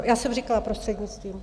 Já jsem říkala prostřednictvím.